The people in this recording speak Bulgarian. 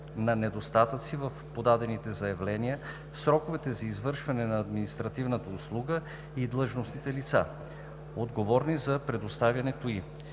на недостатъци в подаденото заявление; сроковете за извършване на административната услуга и длъжностните лица, отговорни за предоставянето ѝ.